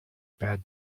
bad